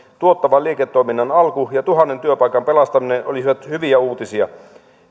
tuottavan liiketoiminnan alku ja tuhannen työpaikan pelastaminen olisivat hyviä uutisia